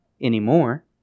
anymore